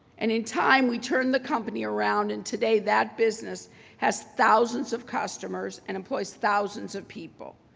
and, in time, we turned the company around, and today that business has thousands of customers and employs thousands of people.